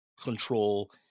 control